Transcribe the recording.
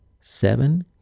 seven